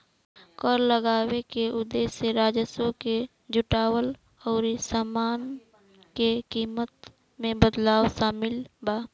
कर लगावे के उदेश्य राजस्व के जुटावल अउरी सामान के कीमत में बदलाव शामिल बा